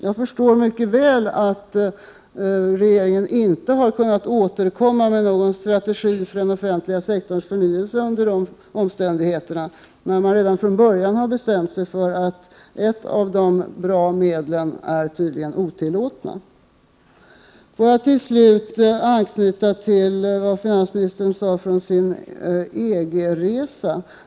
Jag förstår mycket väl att regeringen inte har kunnat återkomma med någon strategi för den offentliga sektorns förnyelse under sådana omständigheter, då man redan från början har bestämt sig för att ett av de bra medlen är otillåtet. Jag vill avsluta med att anknyta till vad finansministern sade om sin EG-resa.